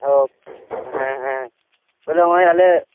ᱚᱻ ᱦᱮᱸᱦᱮᱸ ᱵᱚᱞᱮ ᱱᱚᱜᱼᱟᱭ ᱟᱞᱮ